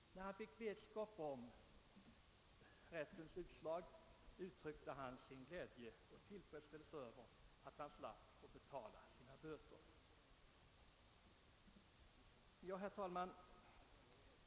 När han fick vetskap om rättens utslag uttryckte han sin glädje över att inte behöva betala böterna. Herr talman!